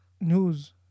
news